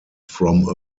from